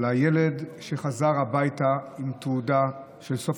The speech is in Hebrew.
על הילד שחזר הביתה עם תעודה של סוף